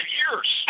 years